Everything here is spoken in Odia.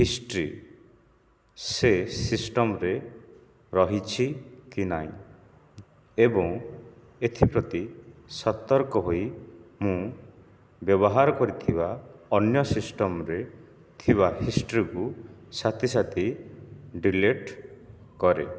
ହିଷ୍ଟ୍ରି ସେ ସିଷ୍ଟମ୍ରେ ରହିଛି କି ନାଇଁ ଏବଂ ଏଥିପ୍ରତି ସତର୍କ ହୋଇ ମୁଁ ବ୍ୟବହାର କରିଥିବା ଅନ୍ୟ ସିଷ୍ଟମ୍ରେ ଥିବା ହିଷ୍ଟ୍ରିକୁ ସାଥି ସାଥି ଡିଲିଟ୍ କରେ